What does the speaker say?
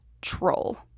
troll